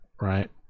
Right